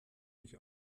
ich